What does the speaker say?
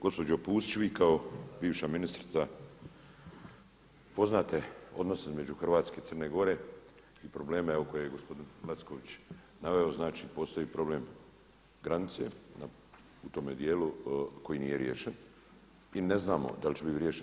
Gospođo Pusić, vi kao bivša ministrica poznate odnose između Hrvatske i Crne Gore i probleme koje je gospodin Lacković naveo, znači postoji problem granice u tome dijelu koji nije riješen i ne znamo da li će biti riješen.